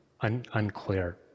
unclear